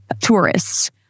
tourists